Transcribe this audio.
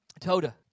Toda